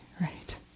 right